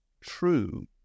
true